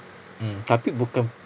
mm tapi bukan